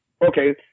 Okay